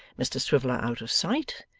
mr swiveller out of sight,